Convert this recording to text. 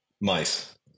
Mice